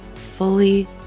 fully